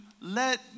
let